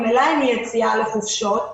ממילא אין יציאה לחופשות,